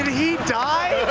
he die?